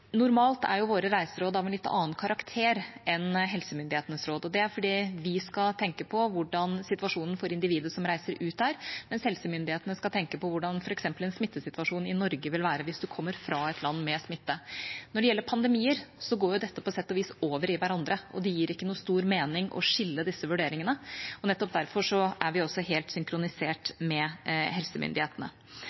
Normalt er våre reiseråd av en litt annen karakter enn helsemyndighetenes råd, og det er fordi vi skal tenke på hvordan situasjonen er for individet som reiser ut, mens helsemyndighetene skal tenke på hvordan f.eks. en smittesituasjon i Norge vil være hvis man kommer fra et land med smitte. Når det gjelder pandemier, går dette på sett og vis over i hverandre, og det gir ikke noe stor mening å skille disse vurderingene. Nettopp derfor er vi helt synkronisert med helsemyndighetene.